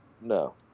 No